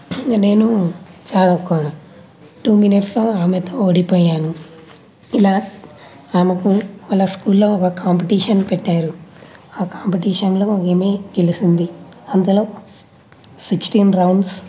ఇంక నేను చాలా టూ మినిట్స్లో ఆమెతో ఓడిపోయాను ఇలా ఆమెకు వాళ్ళ స్కూల్లో ఒక కాంపిటీషన్ పెట్టారు ఆ కాంపిటీషన్లో ఆమె గెలిచింది అంతలో సిక్స్టీన్ రౌండ్స్